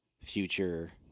future